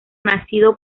nacido